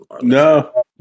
No